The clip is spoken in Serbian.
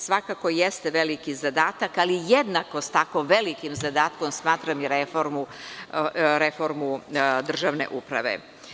Svakako jeste veliki zadatak, ali jednako sa tako velikim zadatkom smatram i reformu državne uprave.